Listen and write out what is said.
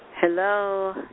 Hello